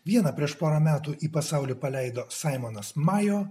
vieną prieš porą metų į pasaulį paleido saimonas majo